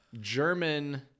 German